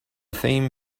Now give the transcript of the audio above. theme